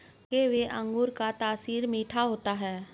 पके हुए अंगूर का तासीर मीठा होता है